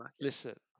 Listen